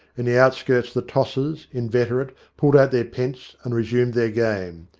in the outskirts the tossers, inveterate, pulled out their pence and resumed their game.